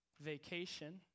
vacation